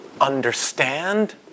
Understand